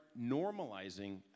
normalizing